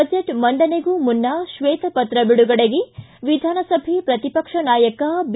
budget ಮಂಡನೆಗೂ ಮುನ್ನ ಶ್ವೇತಪತ್ರ ಬಿಡುಗಡೆಗೆ ವಿಧಾನಸಭೆ ಪ್ರತಿಪಕ್ಷ ನಾಯಕ ಬಿ